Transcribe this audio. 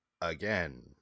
Again